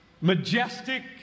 majestic